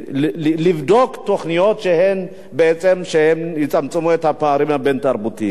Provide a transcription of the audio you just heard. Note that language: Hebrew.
לבדוק תוכניות שבעצם יצמצמו את הפערים הבין-תרבותיים.